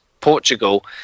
Portugal